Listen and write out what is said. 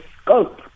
scope